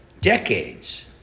decades